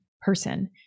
person